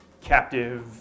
captive